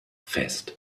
fest